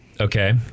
Okay